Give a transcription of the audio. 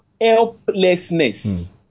helplessness